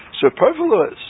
superfluous